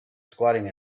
squatting